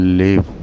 live